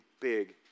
big